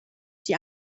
die